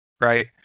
right